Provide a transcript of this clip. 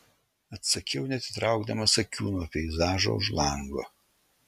atsakiau neatitraukdamas akių nuo peizažo už lango